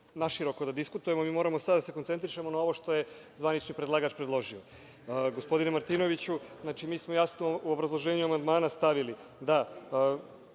naširoko da diskutujemo. Mi moramo sada da se koncentiršemo na ono što je zvanični predlagač predložio. Gospodine Martinoviću, mi smo jasno u obrazloženju amandmana stavili da